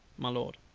my lord.